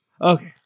Okay